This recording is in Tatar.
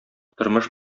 тормыш